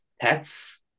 pets